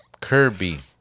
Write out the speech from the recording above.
Kirby